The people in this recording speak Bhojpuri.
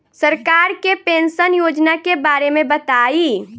सरकार के पेंशन योजना के बारे में बताईं?